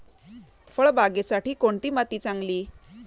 फळबागेसाठी कोणती माती चांगली?